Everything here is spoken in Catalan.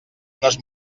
unes